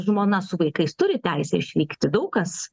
žmona su vaikais turi teisę išvykti daug kas